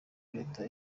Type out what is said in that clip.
leta